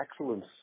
excellence